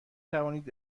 توانید